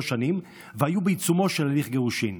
שנים והיו בעיצומו של הליך גירושין.